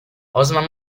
osman